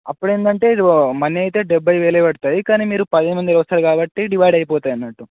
అప్పుడేందంటే money అయితే డెబ్బై వేలే పడుతుంది కానీ మీరు పది మంది వస్తారు కాబట్టి డివైడ్ అయిపోతాయి అన్నట్టు